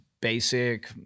basic